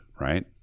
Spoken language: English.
Right